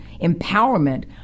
empowerment